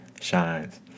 shines